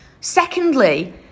Secondly